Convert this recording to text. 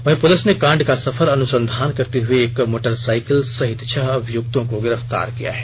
वही पुलिस ने कांड का सफल अनुसंधान करते हुऐ एक मोटरसाइकिल सहित छः अभियुक्तों को गिरफ्तार किया है